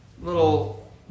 little